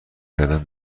کردن